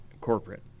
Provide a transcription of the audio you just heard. corporate